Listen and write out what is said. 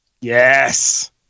Yes